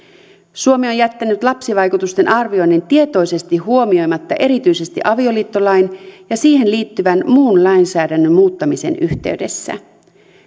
suomi on jättänyt lapsivaikutusten arvioinnin tietoisesti huomioimatta erityisesti avioliittolain ja siihen liittyvän muun lainsäädännön muuttamisen yhteydessä